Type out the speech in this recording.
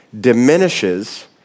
diminishes